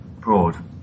Broad